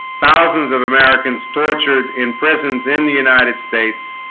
thousands of americans tortured in prisons in the united states